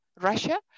Russia